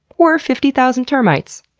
or fifty thousand termites.